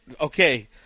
okay